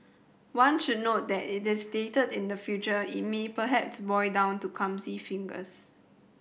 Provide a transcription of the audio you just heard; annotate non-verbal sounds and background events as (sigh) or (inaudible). one should note that it is dated in the future (unintelligible) me perhaps boil down to clumsy fingers